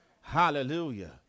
Hallelujah